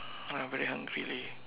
I very hungry leh